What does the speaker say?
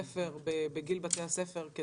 עם צעירים בגיל בתי הספר,